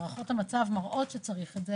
הערכות המצב מראות שצריך את זה